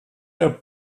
der